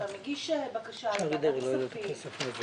אתה מגיש בקשה לוועדת הכספים.